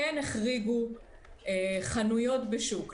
כן החריגו חנויות בשוק.